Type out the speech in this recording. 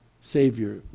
Savior